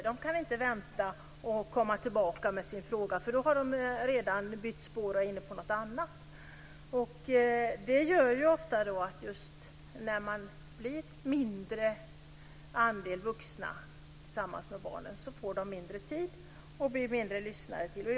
De kan inte vänta och komma tillbaka med sin fråga, för då har de redan bytt spår och är inne på något annat. När de vuxna blir färre får barnen mindre tid, och man lyssnar mindre på dem.